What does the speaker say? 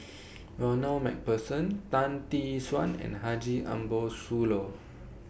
Ronald MacPherson Tan Tee Suan and Haji Ambo Sooloh